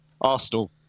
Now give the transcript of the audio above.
Arsenal